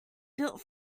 built